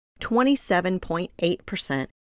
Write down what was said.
27.8%